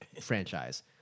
franchise